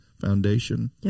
foundation